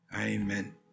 Amen